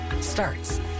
starts